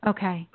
Okay